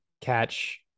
catch